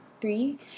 three